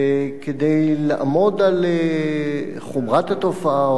כדי לעמוד על חומרת התופעה,